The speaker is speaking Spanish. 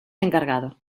encargado